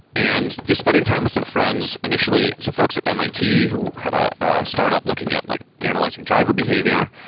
and just spending time with some friends, initially, some folks at mit who had a startup looking at like analyzing driver behavior,